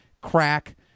crack